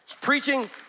Preaching